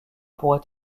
pourrait